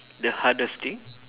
the hardest thing